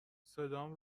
صدام